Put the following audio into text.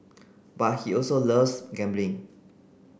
but he also loves gambling